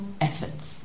efforts